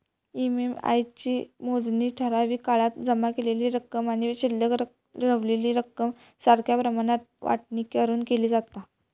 EMI ची मोजणी ठराविक काळात जमा केलेली रक्कम आणि शिल्लक रवलेली रक्कम सारख्या प्रमाणात वाटणी करून केली जाता